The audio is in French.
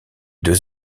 deux